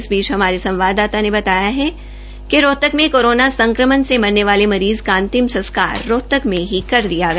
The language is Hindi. इस बीच हमारे संवाददाता ने बताया कि रोहतक में कोरोना संक्रमण से मरने वाले मरीज़ की अंतिम संस्कार रोहतक में ही कर दिया गया